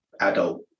adult